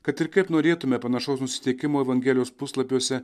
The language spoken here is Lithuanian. kad ir kaip norėtume panašaus nusiteikimo evangelijos puslapiuose